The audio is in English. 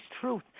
truth